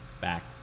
back